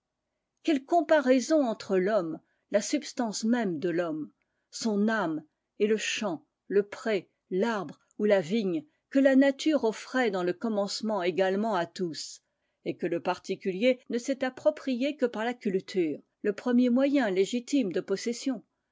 quelle comparaison entre l'homme la substance même de l'homme son âme et le champ le pré l'arbre ou la vigne que la nature offrait dans le commencement également à tous et que le particulier ne s'est approprié que par la culture le premier moyen légitime de possession